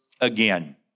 again